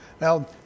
now